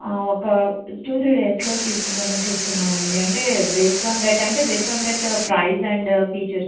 ఒక two three డేస్లో తీసుకుందామని చూస్తున్నామండి అంటే బేస్డ్ ఆన్ దట్ అంటే based on that price and features